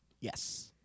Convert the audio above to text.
Yes